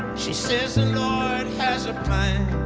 she says the lord has a plan